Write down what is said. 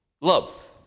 love